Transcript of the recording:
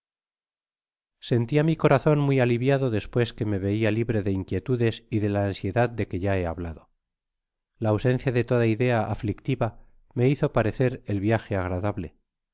sentia mi corazon muy aliviado despues que rae veía ubre de inquietudes y de la ansiedad de que ya he hablado la ausencia de toda idea aflictiva me hizo parecer el viaje agradable